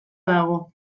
dago